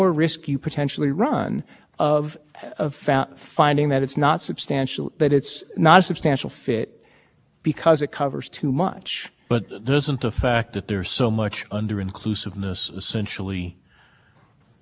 just mention that don't apply that that would not prevent actual corruption the only thing that the statute we could really consider it to be is the appearance of corruption isn't that really where we are i don't think so that this this pr